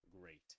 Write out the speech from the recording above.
great